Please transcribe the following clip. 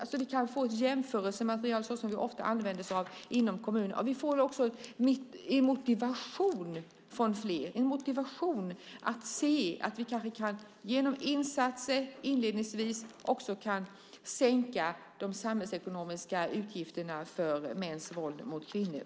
På så sätt skulle vi få ett jämförelsematerial på samma sätt som det som ofta används inom kommunerna. Vi skulle också få en motivation så att fler kunde se att vi genom inledningsvisa insatser på sikt kan sänka de samhällsekonomiska utgifterna för mäns våld mot kvinnor.